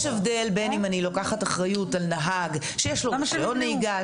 הבדל בין אם אני לוקחת אחריות על נהג שיש לו רישיון נהיגה,